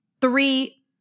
three